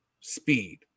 Speed